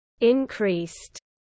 Increased